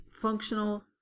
functional